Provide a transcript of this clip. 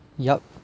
yup